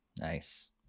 Nice